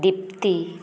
Dipti